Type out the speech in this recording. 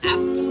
Ask